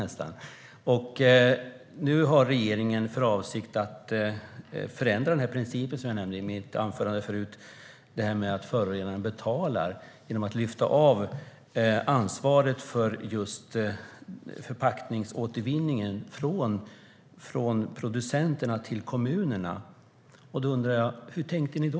Nu har regeringen för avsikt att förändra principen, att förorenaren betalar, genom att lyfta av ansvaret för förpackningsåtervinningen från producenterna till kommunerna. Då undrar jag: Hur tänkte ni då?